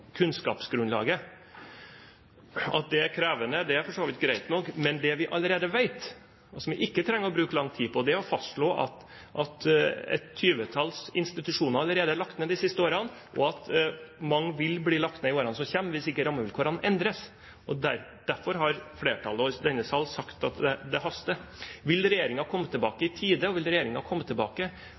kunnskapsgrunnlaget. At det er krevende, er for så vidt greit nok. Men det vi allerede vet, og som vi ikke trenger å bruke lang tid på, er å fastslå at et tyvetalls institusjoner allerede er lagt ned de siste årene, og at mange vil bli lagt ned i årene som kommer, hvis ikke rammevilkårene endres. Derfor har flertallet i denne sal sagt at det haster. Vil regjeringen komme tilbake i tide? Vil regjeringen komme tilbake